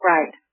Right